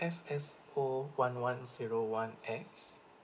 F X O one one zero one X